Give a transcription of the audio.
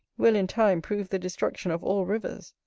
will, in time, prove the destruction of all rivers.